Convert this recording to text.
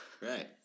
right